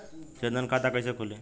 जनधन खाता कइसे खुली?